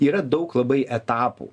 yra daug labai etapų